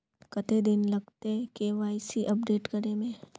कते दिन लगते के.वाई.सी अपडेट करे में?